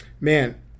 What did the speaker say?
Man